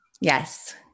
Yes